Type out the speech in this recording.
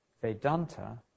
Vedanta